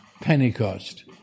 pentecost